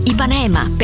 Ipanema